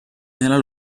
nella